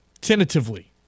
Tentatively